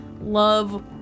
love